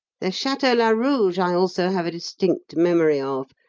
the chateau larouge i also have a distinct memory of,